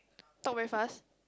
talk very fast